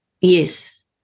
Yes